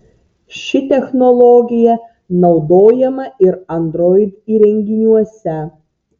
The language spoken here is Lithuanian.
ši technologija naudojama ir android įrenginiuose